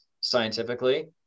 scientifically